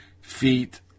feet